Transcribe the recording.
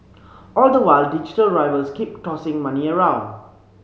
all the while digital rivals keep tossing money around